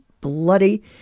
bloody